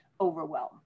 overwhelm